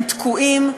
הם תקועים,